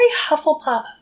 Hufflepuff